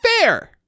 fair